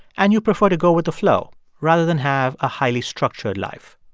and you prefer to go with the flow rather than have a highly structured life.